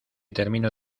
termino